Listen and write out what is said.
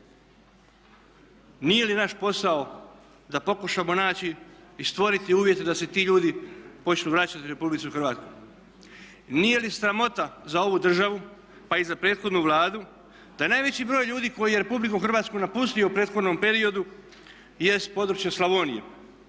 Nije li naš posao da pokušamo naći i stvoriti uvjete da se ti ljudi počnu vraćati u Republiku Hrvatsku? Nije li sramota za ovu državu pa i za prethodnu Vladu da najveći broj ljudi koji je Republiku Hrvatsku napustio u prethodnom periodu jest s područja Slavonije